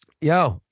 Yo